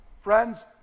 Friends